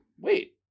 wait